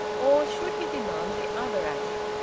or should he demand the other attic,